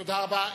תודה רבה.